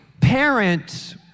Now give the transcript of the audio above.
parents